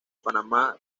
panamá